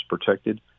protected